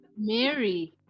mary